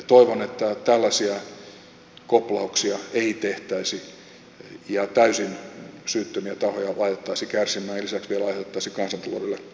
toivon että tällaisia koplauksia ei tehtäisi ja täysin syyttömiä tahoja laitettaisi kärsimään ja lisäksi vielä aiheutettaisi kansantaloudelle tarpeetonta vahinkoa